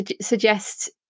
suggest